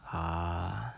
ah